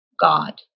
God